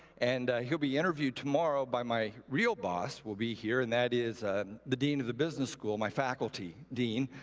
and he'll be interviewed tomorrow by my real boss will be here, and that is the dean of the business school, my faculty dean,